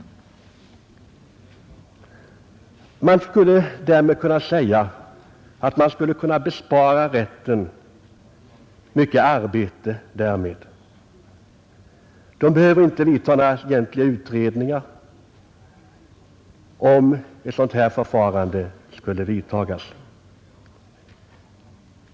Man skulle därmed kunna bespara rätten mycket arbete. Den behöver inte göra några egentliga utredningar om ett sådant här förfarande skulle tillämpas.